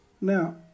Now